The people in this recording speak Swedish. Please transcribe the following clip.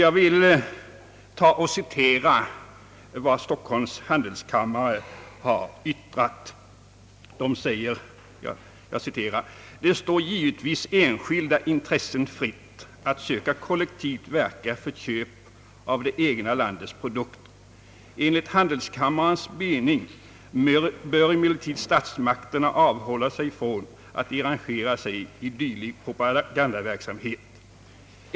Jag vill citera vad Stockholms handelskammare yttrar: »Det står givetvis enskilda intressen fritt att söka kollektivt verka för köp av det egna landets produkter. Enligt Handelskammarens mening bör emellertid statsmakterna avhålla sig från att engagera sig i dylik propagandaverksamhet.